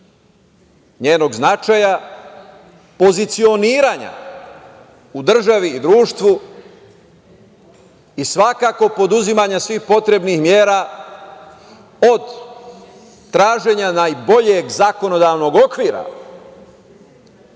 njenog značaja, pozicioniranja u državi i u društvu, i svakako preduzimanja svih potrebnih mera od traženja najboljeg zakonodavnog okvira